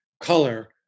color